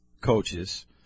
coaches